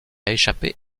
échappé